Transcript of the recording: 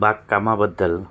बागकामाबद्दल